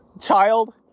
child